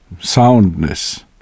soundness